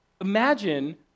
Imagine